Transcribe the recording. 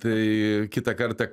tai kitą kartą